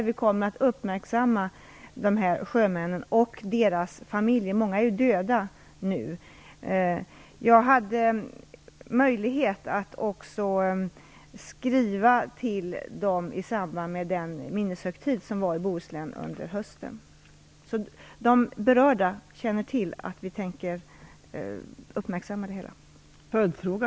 Vi kommer att uppmärksamma dessa sjömän och deras familjer. Många av de anhöriga är ju döda nu. Jag hade möjlighet att också skriva till de anhöriga i samband med minneshögtiden i Bohuslän i höstas. De berörda känner till att vi tänker uppmärksamma detta.